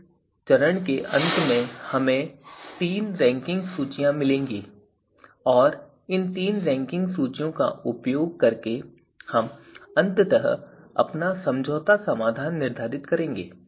इस चरण के अंत में हमें तीन रैंकिंग सूचियाँ मिलेंगी और इन तीन रैंकिंग सूचियों का उपयोग करके हम अंततः अपना समझौता समाधान निर्धारित करेंगे